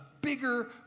bigger